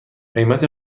قیمت